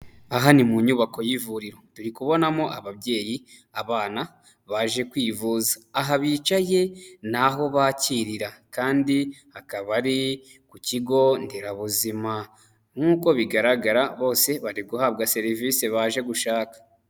Aha ni mu nyubako y'ivuriro turi kubonamo ababyeyi, abana baje kwivuza, aha bicaye ni aho bakirira kandi akaba ari ku kigo nderabuzima, nk'uko bigaragara bose bari guhabwa serivisi baje gushaka.